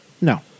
No